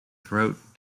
throat